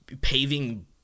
paving